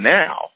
now